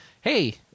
Hey